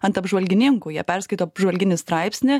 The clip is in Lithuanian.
ant apžvalgininkų jie perskaito apžvalginį straipsnį